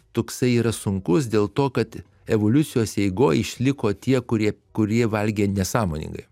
toksai yra sunkus dėl to kad evoliucijos eigoj išliko tie kurie kurie valgė nesąmoningai